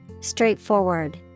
straightforward